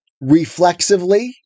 reflexively